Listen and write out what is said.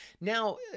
Now